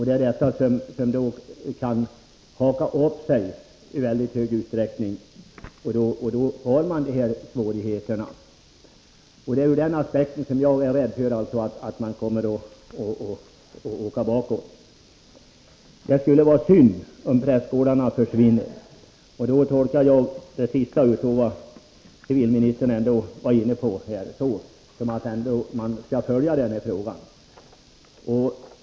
Det är detta som i mycket stor utsträckning gör att det kan haka upp sig, och då får vi dessa svårigheter. Ur den aspekten är jag rädd för att det kan bli en tillbakagång. Det vore synd om prästgårdarna försvann. Jag tolkar det sista som civilministern sade som att man ändå skall följa den här frågan.